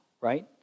right